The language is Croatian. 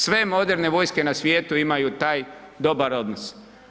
Sve moderne vojske na svijetu imaju taj dobar odnos.